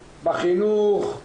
בחינוך,